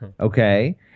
Okay